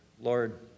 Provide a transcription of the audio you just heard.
Lord